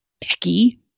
Becky